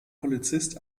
polizist